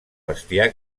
bestiar